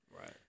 Right